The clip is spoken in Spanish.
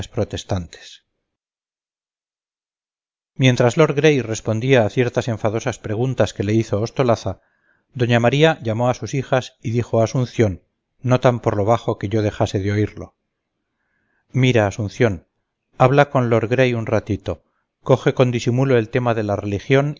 protestantes mientras lord gray respondía a ciertas enfadosas preguntas que le hizo ostolaza doña maría llamó a sus hijas y dijo a asunción no tan por lo bajo que yo dejase de oírlo mira asunción habla con lord gray un ratito coge con disimulo el tema de la religión y